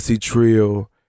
Trill